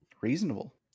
Reasonable